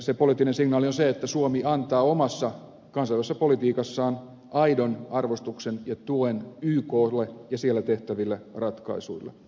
se poliittinen signaali on se että suomi antaa omassa kansainvälisessä politiikassaan aidon arvostuksen ja tuen yklle ja siellä tehtäville ratkaisuille